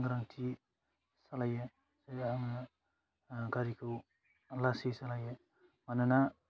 सांग्रांथि सालाइयो आङो गारिखौ लासै सालायो मानोना